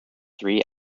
three